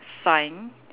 sign